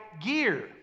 gear